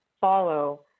follow